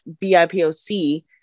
BIPOC